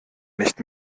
nicht